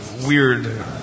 weird